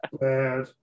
bad